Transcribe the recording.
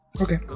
okay